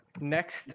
Next